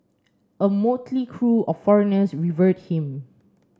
a motley crew of foreigners revered him